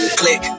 click